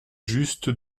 juste